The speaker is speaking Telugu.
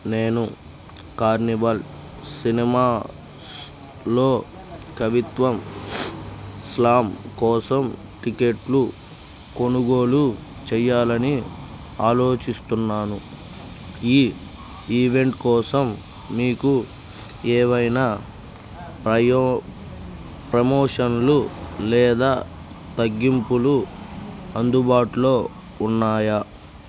నేను కార్నివాల్ సినిమాస్లో కవిత్వం స్లామ్ కోసం టిక్కెట్లు కొనుగోలు చేయాలని ఆలోచిస్తున్నాను ఈ ఈవెంట్ కోసం మీకు ఏవైనా అయో ప్రమోషన్లు లేదా తగ్గింపులు అందుబాటులో ఉన్నాయా